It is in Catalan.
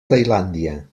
tailàndia